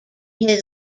his